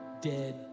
dead